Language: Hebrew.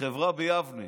חברה ביבנה.